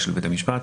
לבית המשפט,